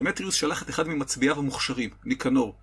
דמטריוס שלח את אחד ממצביאיו המוכשרים - ניקנור.